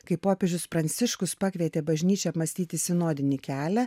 kai popiežius pranciškus pakvietė bažnyčią apmąstyti sinodinį kelią